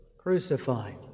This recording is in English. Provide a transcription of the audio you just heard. Crucified